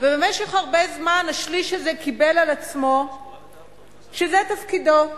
ובמשך הרבה זמן השליש הזה קיבל על עצמו שזה תפקידו,